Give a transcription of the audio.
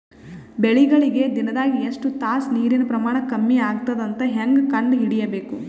ಬೆಳಿಗಳಿಗೆ ದಿನದಾಗ ಎಷ್ಟು ತಾಸ ನೀರಿನ ಪ್ರಮಾಣ ಕಮ್ಮಿ ಆಗತದ ಅಂತ ಹೇಂಗ ಕಂಡ ಹಿಡಿಯಬೇಕು?